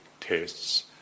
tests